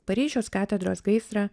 paryžiaus katedros gaisrą